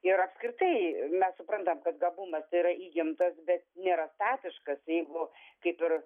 ir apskritai mes suprantam kad gabumas tai yra įgimtas bet nėra statiškas jeigu kaip ir